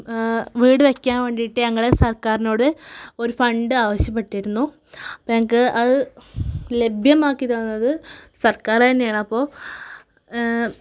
വീട് വയ്ക്കാൻ വേണ്ടിയിട്ട് ഞങ്ങൾ സർക്കാറിനോട് ഒരു ഫണ്ട് ആവശ്യപ്പെട്ടിരുന്നു അപ്പോൾ ഞങ്ങൾക്ക് അത് ലഭ്യമാക്കി തന്നത് സർക്കാർ തന്നെയാണ് അപ്പോൾ